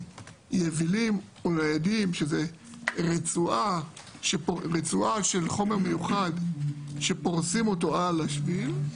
יבילים או ניידים שזה רצועה של חומר מיוחד שפורסים אותו על השביל,